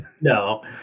No